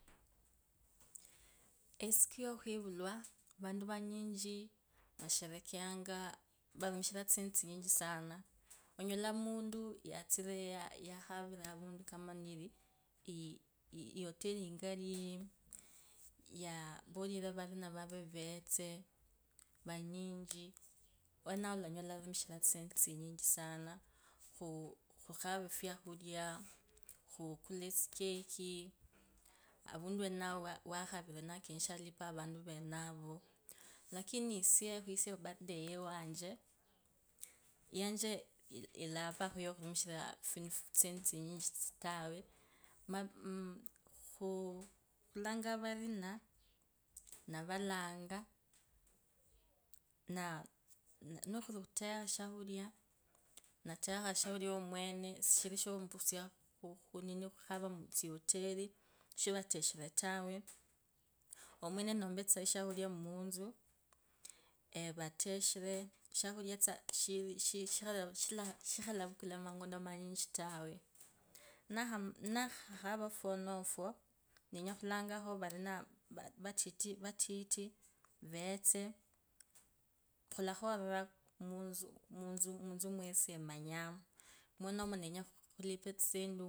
Esiku yakhwivulwa vantu vanyichi, vasherebeanga varumishiranga tsisendi tsinyithi sana onyala yatsire yakhavoo avundu kama niyi nyiree hoteli ingali. Awonao murushiria tsishirichi tsinyichi sana, khu khuraa swakhulaa, khukula isikeki avundu wenao kenyashiche alipeavandu venaro lakini esie, ebirthday yewache, yache yilava yakhumishiraa tsisendi tsinyintsi tawe. Khu- khutanda valina ndavalanga, nikhulikhutekha shakhutia ndatekha esie mwene. Shishiri shukutsa khuniniii khukhara mutsihoteli. Shivateshere tawe, omwene ondombe eshakhuria mutsu evatoshore, shakhulio tsa shi shakha lavakula amangondo amanyichi tawe. nina ninakhahara fwonofwo nenyakhulanga kho valina vativati vetse. khulakhurira mutsu mwe- esie emanyanga, mwonomo nenya khulipaetsiendi.